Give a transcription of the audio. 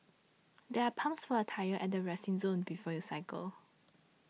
there are pumps for your tyres at the resting zone before you cycle